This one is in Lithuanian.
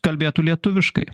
kalbėtų lietuviškai